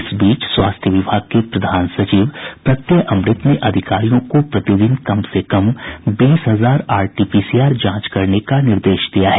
इस बीच स्वास्थ्य विभाग के प्रधान सचिव प्रत्यय अमृत ने अधिकारियों को प्रति दिन कम से कम बीस हजार आरटीपीसीआर जांच करने का निर्देश दिया है